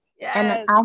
Yes